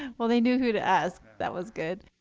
well, they knew who to ask. that was good.